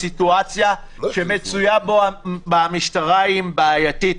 הסיטואציה שמצויה בה המשטרה היא בעייתית,